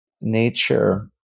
nature